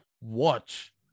watch